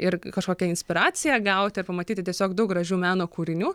ir kažkokią inspiraciją gauti ir pamatyti tiesiog daug gražių meno kūrinių